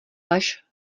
lež